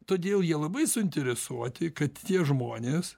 todėl jie labai suinteresuoti kad tie žmonės